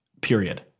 Period